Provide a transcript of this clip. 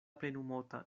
plenumota